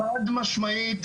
חד משמעית,